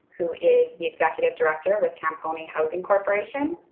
who is the executive director with camponi housing corporation.